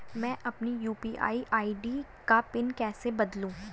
मैं अपनी UPI ID का पिन कैसे बदलूं?